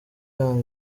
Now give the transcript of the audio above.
yanga